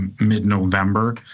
mid-November